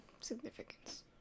significance